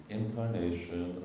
incarnation